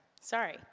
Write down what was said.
sorry